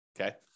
okay